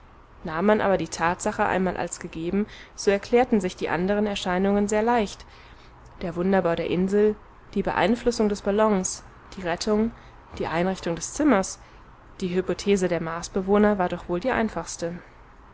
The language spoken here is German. nahm man aber die tatsache einmal als gegeben so erklärten sich die andern erscheinungen sehr leicht der wunderbau der insel die beeinflussung des ballons die rettung die einrichtung des zimmers die hypothese der marsbewohner war doch wohl die einfachste